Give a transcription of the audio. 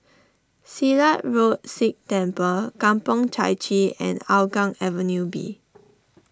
Silat Road Sikh Temple Kampong Chai Chee and Hougang Avenue B